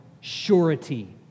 surety